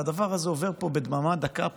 והדבר הזה עובר פה בדממה דקה,